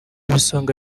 ibisonga